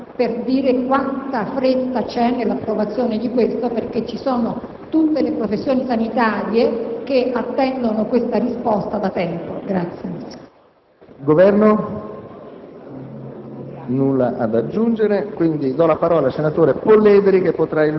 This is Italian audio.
intendo soltanto associarmi alla posizione del senatore Iovene per dire quanta fretta c'è nell'approvazione di questo provvedimento, perché tutte le professioni sanitarie attendono questa risposta da tempo.